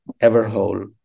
ever-whole